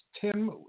Tim